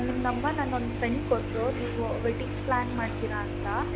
ನಿಮ್ಮ ನಂಬರ್ ನನ್ನ ಒಂದು ಫ್ರೆಂಡ್ ಕೊಟ್ರು ನೀವು ವೆಡ್ಡಿಂಗ್ ಪ್ಲಾನ್ ಮಾಡ್ತೀರಿ ಅಂತೆ